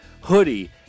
hoodie